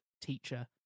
teacher